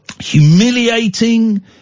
Humiliating